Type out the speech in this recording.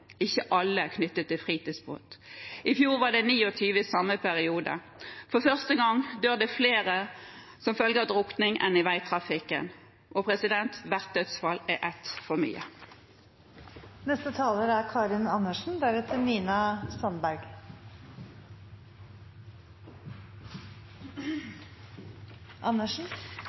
ikke alle i forbindelse med fritidsbåt. I fjor var det 29 i samme periode. For første gang dør det flere som følge av drukning enn i veitrafikken. Hvert dødsfall er ett for mye.